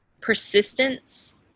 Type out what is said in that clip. persistence